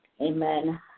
Amen